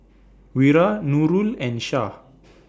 Wira Nurul and Shah